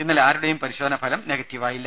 ഇന്നലെ ആരുടേയും പരിശോധനാ ഫലം നെഗറ്റീവായില്ല